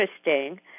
interesting